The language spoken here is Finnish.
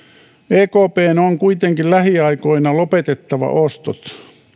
ekpn on kuitenkin lähiaikoina lopetettava ostot